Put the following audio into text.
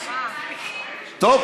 טוב,